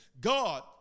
God